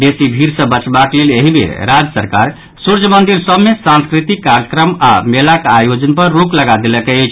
वेसी भीड़ सँ वचबाक लेल एहि बेर राज्य सरकार सूर्य मंदिर सभ मे सांस्कृतिक कार्यक्रम अओर मेलाक आयोजन पर रोक लगा देलक अछि